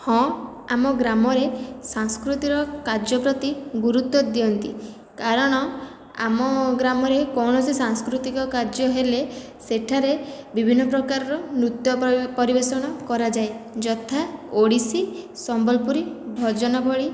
ହଁ ଆମ ଗ୍ରାମରେ ସାଂସ୍କୃତିକ କାର୍ଯ୍ୟ ପ୍ରତି ଗୁରୁତ୍ୱ ଦିଅନ୍ତି କାରଣ ଆମ ଗ୍ରାମରେ କୌଣସି ସାଂସ୍କୃତିକ କାର୍ଯ୍ୟ ହେଲେ ସେଠାରେ ବିଭିନ୍ନ ପ୍ରକାର ର ନୃତ୍ୟ ପରିବେଷଣ କରାଯାଏ ଯଥା ଓଡ଼ିଶୀ ସମ୍ବଲପୁରୀ ଭଜନ ଭଳି